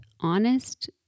honest